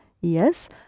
Yes